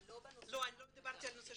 אבל לא בנושא -- לא דיברתי על הורים.